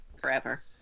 forever